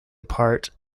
part